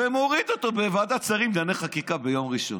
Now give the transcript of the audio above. ומוריד אותו בוועדת שרים לענייני חקיקה ביום ראשון.